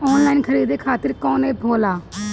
Online खरीदे खातीर कौन एप होला?